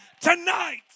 tonight